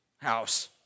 house